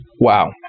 Wow